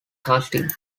casting